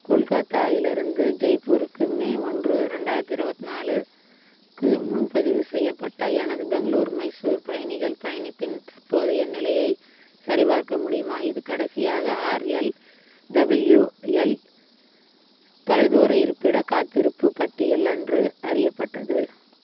கொல்கத்தாவிலிருந்து ஜெய்ப்பூருக்கு மே ஒன்று ரெண்டாயிரத்து இருபத்தி நாலுக்கு முன்பதிவு செய்யப்பட்ட எனது பெங்களூர் மைசூர் பயணிகள் பயணத்தின் தற்போதைய நிலையைச் சரிபார்க்க முடியுமா இது கடைசியாக ஆர்எல் டபிள்யூஎல் தொலைதூர இருப்பிட காத்திருப்பு பட்டியல் அன்று அறியப்பட்டது